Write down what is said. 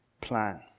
plan